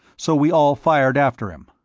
so we all fired after him.